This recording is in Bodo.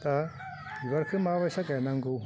दा बिबारखौ मा बायदि गायनांगौ